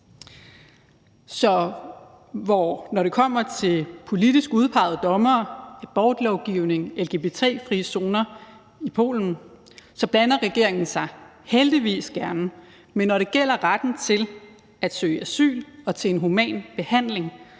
Så når det kommer til politisk udpegede dommere, abortlovgivning og lgbt-fri zoner i Polen, blander regeringen sig heldigvis gerne, men når det gælder retten til at søge asyl og til en human behandling,